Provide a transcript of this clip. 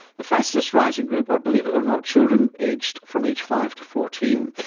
the fastest rising group are, believe it or not, children aged from age five to fourteen.